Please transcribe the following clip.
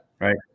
Right